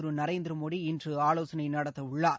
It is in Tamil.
திரு நரேந்திர மோடி இன்று ஆலோசனை நடத்த உள்ளார்